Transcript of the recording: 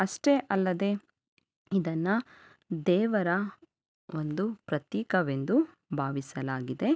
ಅಷ್ಟೇ ಅಲ್ಲದೆ ಇದನ್ನು ದೇವರ ಒಂದು ಪ್ರತೀಕವೆಂದು ಭಾವಿಸಲಾಗಿದೆ